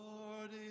Lord